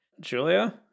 Julia